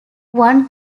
one